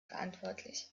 verantwortlich